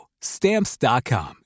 Stamps.com